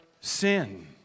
sin